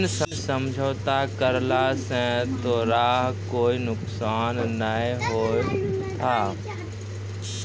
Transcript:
ऋण समझौता करला स तोराह कोय नुकसान नाय होथा